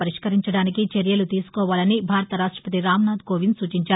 పరిష్కరించడానికి చర్యలు తీసుకోవాలని భారత రాష్టపతి రామ్ నాథ్ కోవింద్ సూచించారు